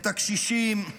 את הקשישים,